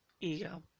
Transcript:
ego